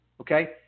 Okay